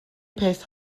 peth